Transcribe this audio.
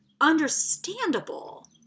understandable